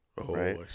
right